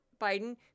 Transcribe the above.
Biden